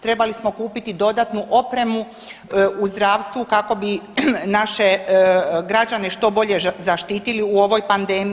Trebali smo kupiti dodatnu opremu u zdravstvu kako bi naše građane što bolje zaštitili u ovoj pandemiji.